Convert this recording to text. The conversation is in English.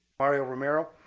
mario romero,